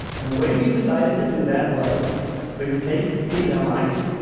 and the way we decided to do that was we would take female mice